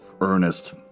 Ernest